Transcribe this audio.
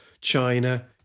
China